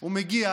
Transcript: הוא מגיע